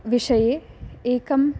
विषये एकं